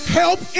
help